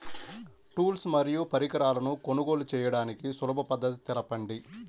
Tools మరియు పరికరాలను కొనుగోలు చేయడానికి సులభ పద్దతి తెలపండి?